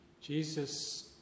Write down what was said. Jesus